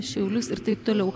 šiaulius ir taip toliau